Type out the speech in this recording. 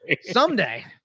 Someday